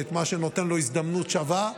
את מה שנותן בו הזדמנות שווה,